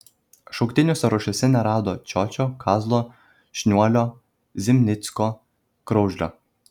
šauktinių sąrašuose nerado čiočio kazlo šniuolio zimnicko kraužlio